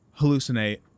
hallucinate